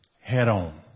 head-on